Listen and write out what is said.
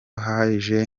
haje